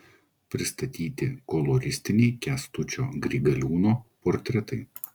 pristatyti koloristiniai kęstučio grigaliūno portretai